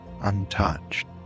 untouched